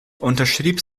unterschrieb